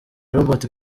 robot